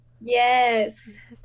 Yes